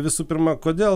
visų pirma kodėl